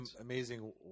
amazing